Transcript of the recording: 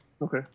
Okay